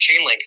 Chainlink